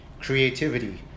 Creativity